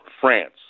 France